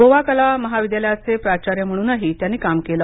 गोवा कला महाविद्यालयाचे प्राचार्य म्हणून ही त्यांनी काम केलं